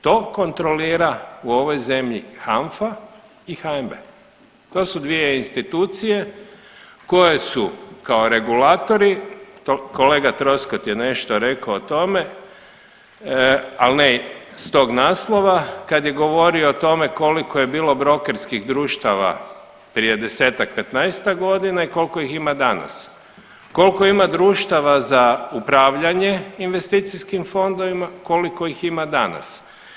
To kontrolira u ovoj zemlji HANFA i HNB, to su dvije institucije koje su kao regulatori, kolega Troskot je nešto rekao o tome, al ne s tog naslova kad je govorio o tome koliko je bilo brokerskih društava prije 10-tak, 15-tak godina i koliko ih ima danas, kolko ima društava za upravljanje investicijskim fondovima, koliko ih ima danas.